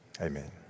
Amen